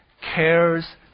cares